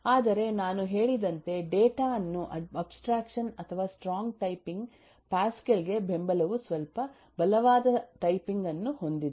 ಆದರೆ ನಾನು ಹೇಳಿದಂತೆ ಡೇಟಾ ಅನ್ನು ಅಬ್ಸ್ಟ್ರಾಕ್ಷನ್ ಅಥವಾ ಸ್ಟ್ರಾಂಗ್ ಟೈಪಿಂಗ್ ಪ್ಯಾಸ್ಕಲ್ ಗೆ ಬೆಂಬಲವುಸ್ವಲ್ಪ ಬಲವಾದ ಟೈಪಿಂಗ್ ಅನ್ನು ಹೊಂದಿದೆ